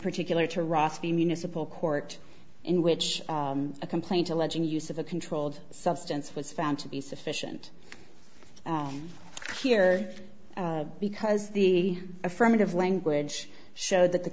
particular to ross the municipal court in which a complaint alleging use of a controlled substance was found to be sufficient here because the affirmative language showed that the